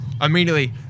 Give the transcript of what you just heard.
Immediately